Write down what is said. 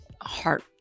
heart